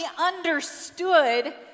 understood